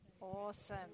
Awesome